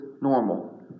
normal